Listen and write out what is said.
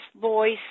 voice